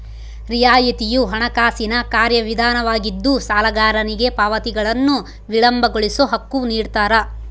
ರಿಯಾಯಿತಿಯು ಹಣಕಾಸಿನ ಕಾರ್ಯವಿಧಾನವಾಗಿದ್ದು ಸಾಲಗಾರನಿಗೆ ಪಾವತಿಗಳನ್ನು ವಿಳಂಬಗೊಳಿಸೋ ಹಕ್ಕು ನಿಡ್ತಾರ